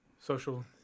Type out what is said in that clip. social